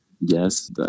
Yes